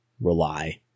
rely